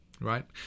right